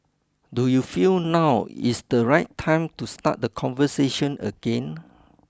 do you feel now is the right time to start the conversation again